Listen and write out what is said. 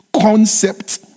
concept